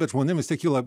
bet žmonėm vis tiek kyla